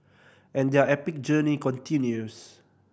and their epic journey continues